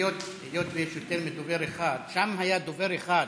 היות שיש יותר מדובר אחד, שם היה דובר אחד,